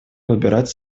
выбирать